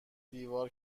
دیوار